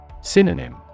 Synonym